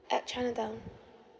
at chinatown